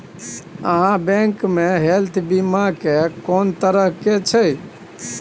आहाँ बैंक मे हेल्थ बीमा के कोन तरह के छै?